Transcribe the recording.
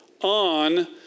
on